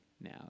now